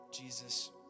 Jesus